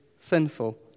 sinful